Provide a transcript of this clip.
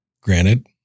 Granted